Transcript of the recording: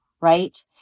right